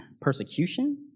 persecution